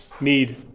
need